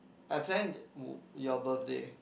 I planned u~ your birthday